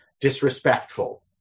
disrespectful